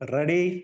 Ready